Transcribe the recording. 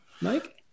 Mike